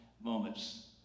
moments